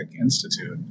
Institute